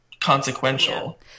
consequential